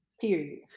Period